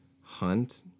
Hunt